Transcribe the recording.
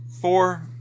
Four